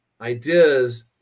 ideas